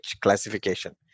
classification